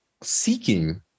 seeking